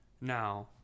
Now